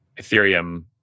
Ethereum